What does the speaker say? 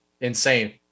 insane